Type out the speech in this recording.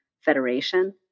federation